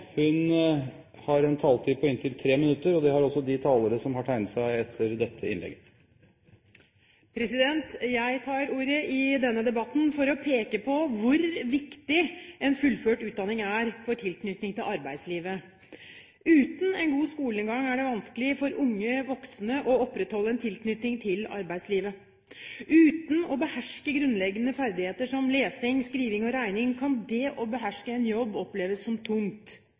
har en taletid på inntil 3 minutter. Jeg tar ordet i denne debatten for å peke på hvor viktig en fullført utdanning er for tilknytningen til arbeidslivet. Uten en god skolegang er det vanskelig for unge voksne å opprettholde en tilknytning til arbeidslivet. Uten å beherske grunnleggende ferdigheter som lesing, skriving og regning kan det å beherske en jobb oppleves som tungt.